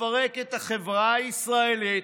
לפרק את החברה הישראלית